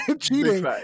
cheating